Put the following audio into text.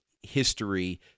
history